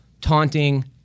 taunting